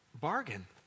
bargain